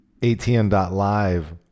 atn.live